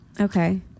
Okay